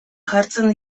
jartzen